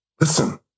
Listen